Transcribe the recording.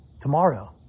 tomorrow